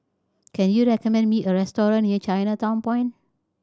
can you recommend me a restaurant near Chinatown Point